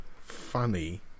funny